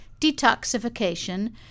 detoxification